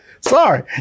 Sorry